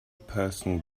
personal